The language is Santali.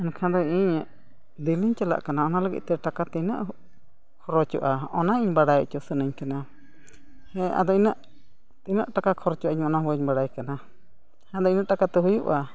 ᱢᱮᱱᱠᱷᱟᱱ ᱫᱚ ᱤᱧ ᱫᱤᱱᱤᱧ ᱪᱟᱞᱟᱜ ᱠᱟᱱᱟ ᱚᱱᱟ ᱞᱟᱹᱜᱤᱫ ᱛᱮ ᱴᱟᱠᱟ ᱛᱤᱱᱟᱹᱜ ᱠᱷᱚᱨᱚᱪᱚᱜᱼᱟ ᱚᱱᱟ ᱤᱧ ᱵᱟᱰᱟᱭ ᱦᱚᱪᱚ ᱥᱟᱱᱟᱧ ᱠᱟᱱᱟ ᱦᱮᱸ ᱟᱫᱚ ᱤᱱᱟᱹᱜ ᱛᱤᱱᱟᱹᱜ ᱴᱟᱠᱟ ᱠᱷᱚᱨᱪᱚᱜᱼᱟ ᱤᱧ ᱚᱱᱟ ᱵᱟᱹᱧ ᱵᱟᱲᱟᱭ ᱠᱟᱱᱟ ᱟᱫᱚ ᱤᱱᱟᱹᱜ ᱴᱟᱠᱟ ᱛᱮ ᱦᱩᱭᱩᱜᱼᱟ